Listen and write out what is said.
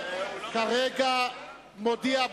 הוא כרגע מודיע,